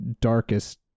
darkest